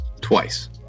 Twice